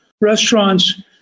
restaurants